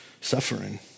suffering